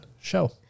show